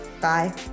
Bye